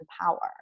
power